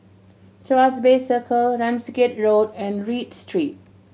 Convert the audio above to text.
Tuas Bay Circle Ramsgate Road and Read Street